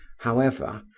however,